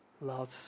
loves